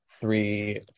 three